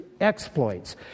exploits